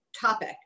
topic